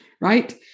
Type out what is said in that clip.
right